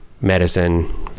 medicine